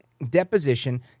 deposition